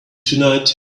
tonight